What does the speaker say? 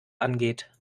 angeht